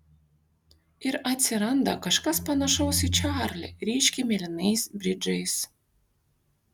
ir atsiranda kažkas panašaus į čarlį ryškiai mėlynais bridžais